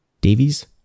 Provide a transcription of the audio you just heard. Davies